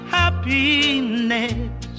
happiness